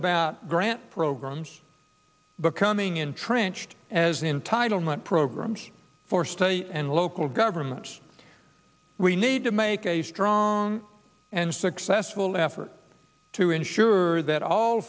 about grant programs becoming entrenched as entitlement programs for state and local governments we need to make a strong and successful effort to ensure that all